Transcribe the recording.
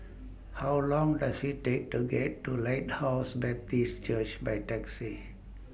How Long Does IT Take to get to Lighthouse Baptist Church By Taxi